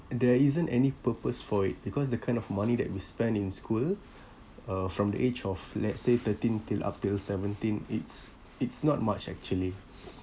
there isn't any purpose for it because the kind of money that we spend in school uh from the age of let's say thirteen till after seventeen it's it's not much actually